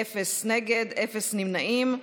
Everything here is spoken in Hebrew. אין מתנגדים, אין נמנעים.